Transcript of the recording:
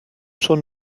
schon